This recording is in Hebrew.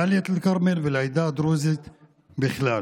לדאלית אל-כרמל ולעדה הדרוזית בכלל.